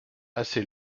assez